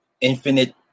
Infinite